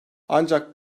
ancak